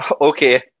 okay